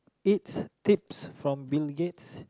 it's tips from Bill-Gates